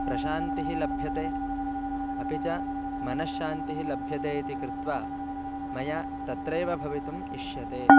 प्रशान्तिः लभ्यते अपि च मनश्शान्तिः लभ्यते इति कृत्वा मया तत्रैव भवितुम् इष्यते